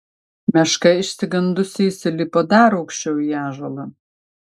meška išsigandusi įsilipo dar aukščiau į ąžuolą